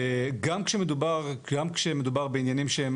גם כשמדובר בעניינים שהם,